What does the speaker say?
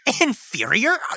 Inferior